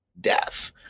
death